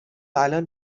الان